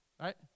Right